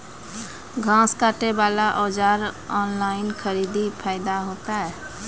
घास काटे बला औजार ऑनलाइन खरीदी फायदा होता?